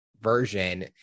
version